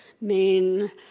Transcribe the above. main